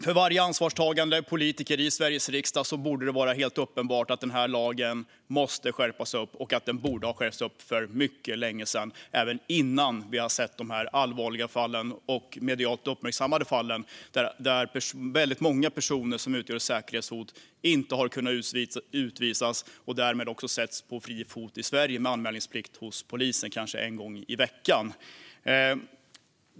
För varje ansvarstagande politiker i Sveriges riksdag borde det vara helt uppenbart att lagen måste skärpas och att det borde ha skett för mycket länge sedan, redan innan vi såg de här allvarliga och medialt uppmärksammade fallen där väldigt många personer som utgör säkerhetshot inte har kunnat utvisas och därmed också satts på fri fot i Sverige med anmälningsplikt hos polisen kanske en gång i veckan.